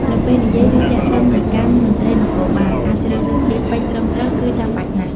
នៅពេលនិយាយ ឬទាក់ទងទៅកាន់មន្ត្រីនគរបាល ការជ្រើសរើសពាក្យពេចន៍ត្រឹមត្រូវគឺចាំបាច់ណាស់។